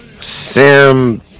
Sam